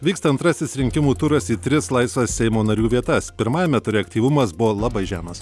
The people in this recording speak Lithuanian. vyksta antrasis rinkimų turas į tris laisvas seimo narių vietas pirmajame ture aktyvumas buvo labai žemas